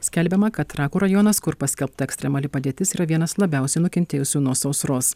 skelbiama kad trakų rajonas kur paskelbta ekstremali padėtis yra vienas labiausiai nukentėjusių nuo sausros